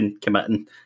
committing